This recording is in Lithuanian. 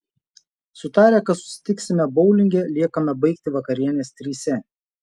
sutarę kad susitiksime boulinge liekame baigti vakarienės trise